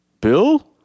Bill